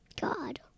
God